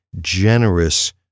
generous